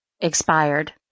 expired